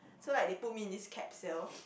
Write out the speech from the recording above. so like they put me in this capsule